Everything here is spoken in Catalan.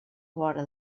vora